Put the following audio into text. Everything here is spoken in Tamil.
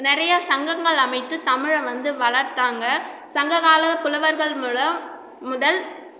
நிறையா சங்கங்கள் அமைத்து தமிழ வந்து வளர்த்தாங்க சங்ககால புலவர்கள் மூலம் முதல்